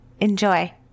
Enjoy